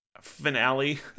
Finale